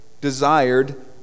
desired